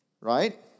Right